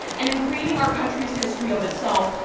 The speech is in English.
and in creating our country's history of itself,